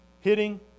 hitting